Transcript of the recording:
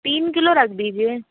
तीन किलो रख दीजिए